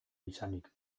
izanik